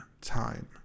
time